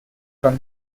from